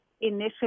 initially